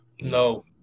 No